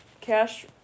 Cash